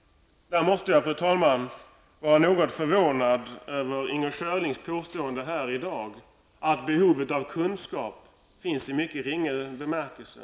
Fru talman! Jag var rätt förvånad över Inger Schörlings påstående i dag att behovet av kunskap finns i ringa bemärkelse.